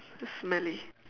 it's smelly